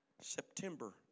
September